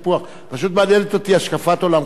פשוט מעניינת אותי השקפת עולמך לעניין זה.